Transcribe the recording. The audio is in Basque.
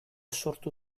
sortu